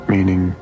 Meaning